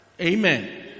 Amen